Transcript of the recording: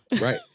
Right